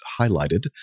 highlighted